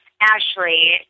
Ashley